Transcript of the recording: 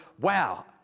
wow